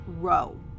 row